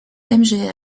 mgr